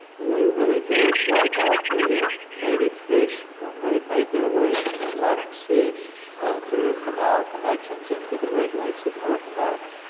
they really did wipe out the native fish when they made their way from the lantic sea through canal connections into the great lakes of north america.